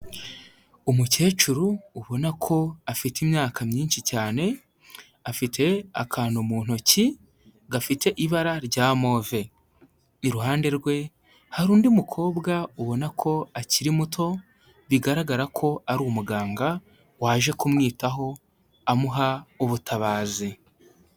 umukecuru ubona ko afite imyaka myinshi cyane, afite akantu mu ntoki gafite ibara rya move, iruhande rwe hari undi mukobwa ubona ko akiri muto, bigaragara ko ari umuganga waje kumwitaho, amuha ubutabazi.